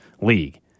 league